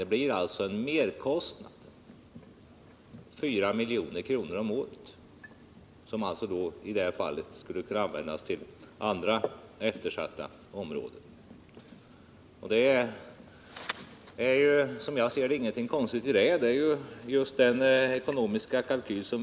Ett uppskov ger en merkostnad på 4 milj.kr. om året, som skulle kunna användas till andra eftersatta områden. Det är som jag ser det ingenting konstigt i detta.